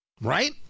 Right